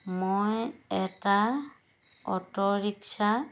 মই এটা auto rickshaw